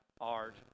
art